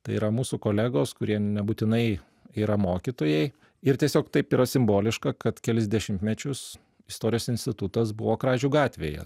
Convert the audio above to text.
tai yra mūsų kolegos kurie nebūtinai yra mokytojai ir tiesiog taip yra simboliška kad kelis dešimtmečius istorijos institutas buvo kražių gatvėje